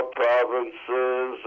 provinces